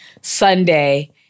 Sunday